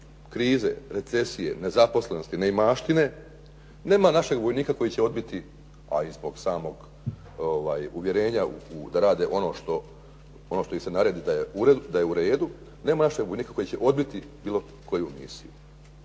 krize, recesije, nezaposlenosti, neimaštine nema našeg vojnika koji će odbiti, a i zbog samog uvjerenja da rade ono što im se naredi da je u redu, nema našeg vojnika koji će odbiti bilo koju misiju.